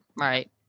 Right